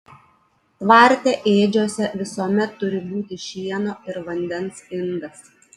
tvarte ėdžiose visuomet turi būti šieno ir vandens indas